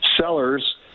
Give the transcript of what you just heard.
sellers